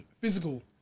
physical